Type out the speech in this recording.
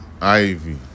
Ivy